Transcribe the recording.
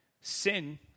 sin